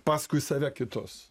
paskui save kitus